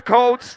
Cold